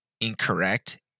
incorrect